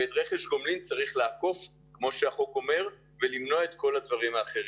ואת רכש הגומלין צריך לאכוף כמו שהחוק אומר ולמנוע את כל הדברים האחרים.